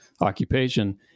occupation